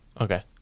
Okay